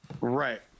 Right